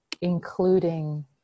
including